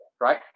right